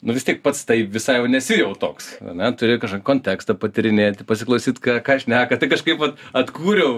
nu vis tiek pats tai visai jau nesi jau toks ar ne turi kontekstą patyrinėti pasiklausyt ką ką šneka tai kažkaip vat atkūriau